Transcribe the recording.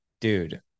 dude